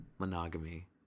monogamy